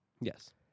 Yes